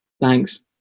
Thanks